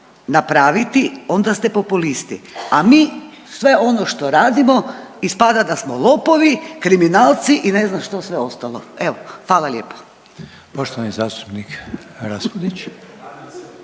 napraviti onda ste populisti, a mi sve ono što radimo ispada da smo lopovi, kriminalci i ne znam što sve ostalo. Evo, hvala lijepo. **Reiner, Željko